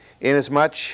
inasmuch